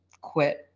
quit